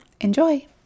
enjoy